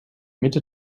mitte